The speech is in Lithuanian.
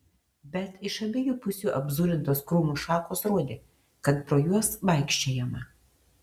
bet iš abiejų pusių apzulintos krūmų šakos rodė kad pro juos vaikščiojama